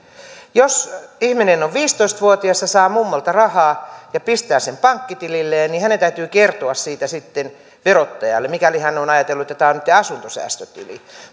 jos ihminen on viisitoista vuotias ja saa mummolta rahaa ja pistää sen pankkitililleen niin hänen täytyy kertoa siitä sitten verottajalle mikäli hän on ajatellut että tämä on nytten asuntosäästötili